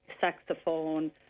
saxophone